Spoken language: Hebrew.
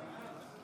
להצבעה.